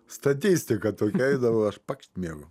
statistika tokia eidavo aš pakšt miegu